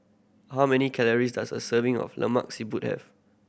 how many calories does a serving of Lemak Siput have